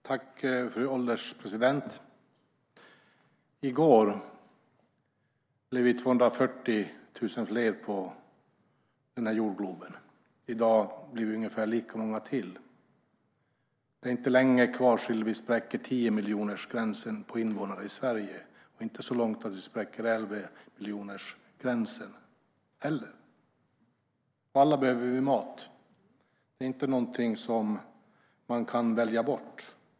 Fru ålderspresident! I går blev vi 240 000 fler på jorden. I dag blir vi ungefär lika många till. Det är inte långt kvar tills invånarantalet i Sverige spräcker 10-miljonersgränsen och 11-miljonersgränsen. Och alla behöver vi mat. Mat är inte någonting som man kan välja bort.